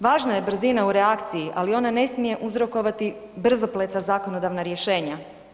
Važna je brzina u reakciji, ali ona ne smije uzrokovati brzopleta zakonodavna rješenja.